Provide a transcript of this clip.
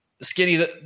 Skinny